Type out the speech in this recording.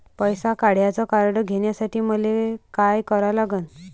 पैसा काढ्याचं कार्ड घेण्यासाठी मले काय करा लागन?